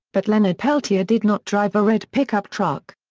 but leonard peltier did not drive a red pickup truck.